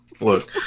Look